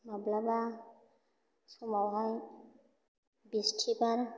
माब्लाबा समावहाय बिस्थिबार